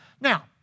Now